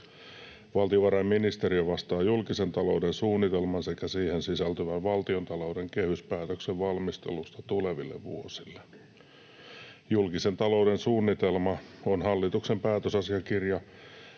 Valtiovarainministeriö vastaa julkisen talouden suunnitelman sekä siihen sisältyvän valtiontalouden kehyspäätöksen valmistelusta tuleville vuosille. Julkisen talouden suunnitelma on hallituksen päätösasiakirja,